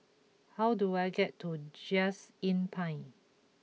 how do I get to Just Inn Pine